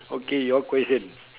okay your question